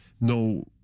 No